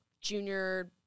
junior